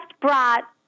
brought